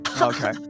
Okay